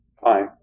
fine